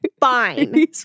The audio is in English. fine